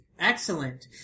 Excellent